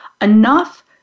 enough